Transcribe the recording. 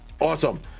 Awesome